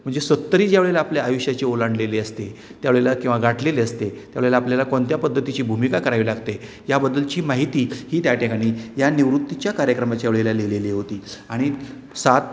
म्हणजे सत्तरी ज्यावेळेला आपल्या आयुष्याची ओलांडलेली असते त्यावेळेला किंवा गाठलेली असते त्यावेळेला आपल्याला कोणत्या पद्धतीची भूमिका करावी लागते याबद्दलची माहिती ही त्या ठिकाणी या निवृत्तीच्या कार्यक्रमाच्या वेळेला लिहिलेली होती आणि सात